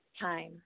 time